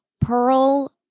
Pearl